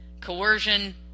coercion